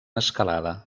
escalada